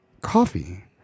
coffee